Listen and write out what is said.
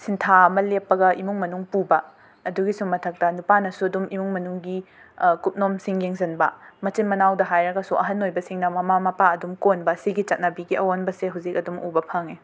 ꯁꯤꯟꯊꯥ ꯑꯃ ꯂꯦꯞꯄꯒ ꯏꯃꯨꯡ ꯃꯅꯨꯡ ꯄꯨꯕ ꯑꯗꯨꯒꯤꯁꯨ ꯃꯊꯛꯇ ꯅꯨꯄꯥꯅꯁꯨ ꯑꯗꯨꯝ ꯏꯃꯨꯡ ꯃꯅꯨꯡꯒꯤ ꯀꯨꯞꯅꯣꯝꯁꯤꯡ ꯌꯦꯡꯁꯤꯟꯕ ꯃꯆꯤꯟ ꯃꯅꯥꯎꯗ ꯍꯥꯏꯔꯒꯁꯨ ꯑꯍꯟ ꯑꯣꯏꯕꯁꯤꯡꯅ ꯃꯃꯥ ꯃꯄꯥ ꯑꯗꯨꯝ ꯀꯣꯟꯕ ꯁꯤꯒꯤ ꯆꯠꯅꯕꯤ ꯑꯑꯣꯟꯕꯁꯦ ꯍꯧꯖꯤꯛ ꯑꯗꯨꯝ ꯎꯕ ꯐꯪꯉꯦ